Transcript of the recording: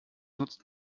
nutzt